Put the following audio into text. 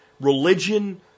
religion